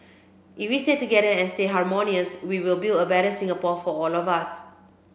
if we stay together and stay harmonious we will build a better Singapore for all of us